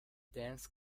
dense